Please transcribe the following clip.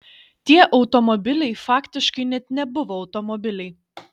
tie automobiliai faktiškai net nebuvo automobiliai